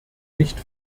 nicht